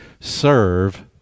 serve